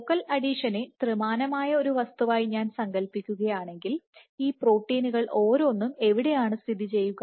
focal അഡിഷനെ ത്രിമാനമായ ഒരു വസ്തുവായി ഞാൻ സങ്കൽപ്പിക്കുകയാണെങ്കിൽ ഈ പ്രോട്ടീനുകൾ ഓരോന്നും എവിടെയാണ് സ്ഥിതി ചെയ്യുക